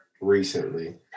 recently